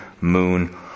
moon